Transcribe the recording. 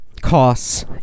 costs